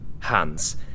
Hans